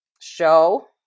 show